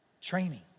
training